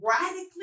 radically